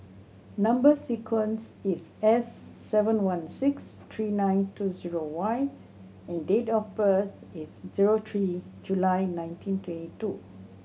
number sequence is S seven one six three nine two zero Y and date of birth is zero three July nineteen twenty two